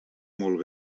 molt